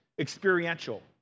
experiential